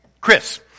Chris